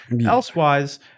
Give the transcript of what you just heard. Elsewise